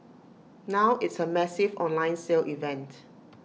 now it's A massive online sale event